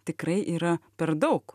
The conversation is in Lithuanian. tikrai yra per daug